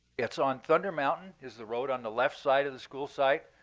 it's on thunder mountain is the road on the left side of the school site.